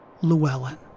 Llewellyn